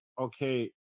okay